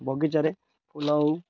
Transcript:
ବଗିଚାରେ ଫୁଲ ହେଉ